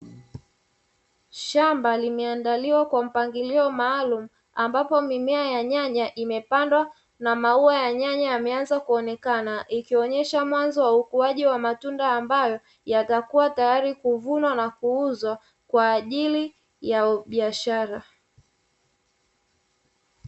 Shamba limeandaliwa kwa mpangilio maalumu, ambapo mimea ya nyanya imepandwa na maua ya nyanya yameanza kuonekana, ikionyesha mwanzo wa ukuaji wa matunda ambayo, yatakuwa tayari kuvunwa na kuuzwa kwa ajili ya biashara.